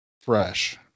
fresh